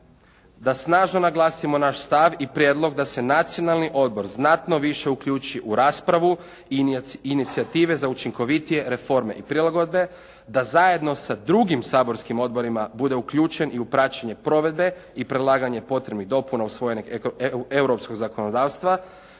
da snažno naglasimo naš stav i prijedlog da se Nacionalni odbor znatno više uključi u raspravu i inicijative za učinkovitije reforme i prilagodbe, da zajedno sa drugim saborskim odborima bude uključen i u praćenje provedbe i predlaganje potrebnih dopuna usvojenih europskog zakonodavstva